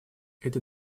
это